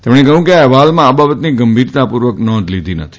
તેમણે કહ્યું કે આ અહેવાલમાં આ બાબતની ગંભીરતાપૂર્વક નોંધ લીધી નથી